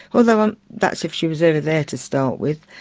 although that's if she was ever there to start with,